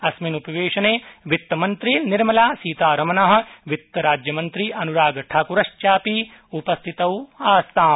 अस्मिन् उपवेशने वित्तमन्त्री निर्मलासीतारमण वित्तराज्यमन्त्री अनुरागठाकुरश्चापि उपस्थितौ आस्ताम्